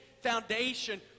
foundation